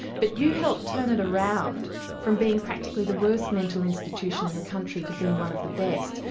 but you helped turn it around from being practically the worst mental institution in the country to being one of the best.